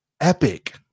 Epic